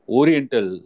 oriental